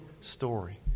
story